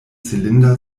zylinder